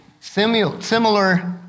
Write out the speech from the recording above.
similar